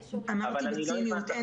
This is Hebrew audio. אמרתי בציניות,